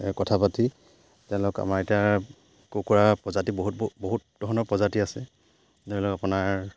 কথা পাতি তেওঁলোক আমাৰ এতিয়া কুকুৰা প্ৰজাতি বহুত বহু বহুত ধৰণৰ প্ৰজাতি আছে ধৰি লওক আপোনাৰ